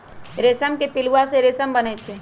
रेशम के पिलुआ से रेशम बनै छै